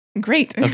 Great